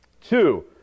Two